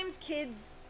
kids